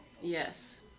Yes